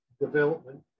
development